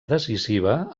decisiva